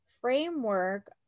framework